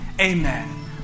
Amen